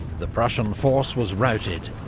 the prussian force was routed,